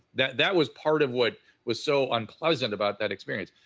that that was part of what was so unpleasant about that experience.